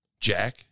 Jack